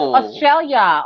Australia